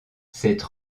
cette